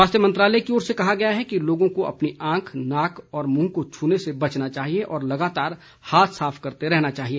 स्वास्थ्य मंत्रालय की ओर से कहा गया है कि लोगों को अपनी आंख नाक और मुंह को छूने से बचना चाहिए और लगातार हाथ साफ करते रहना चाहिए